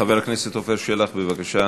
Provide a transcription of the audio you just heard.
חבר הכנסת עפר שלח, בבקשה.